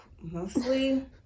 mostly